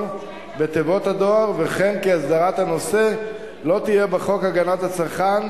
בתיבות הדואר וכן כי הסדרת הנושא לא תהיה בחוק הגנת הצרכן,